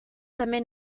també